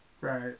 Right